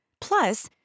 Plus